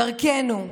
דרכנו,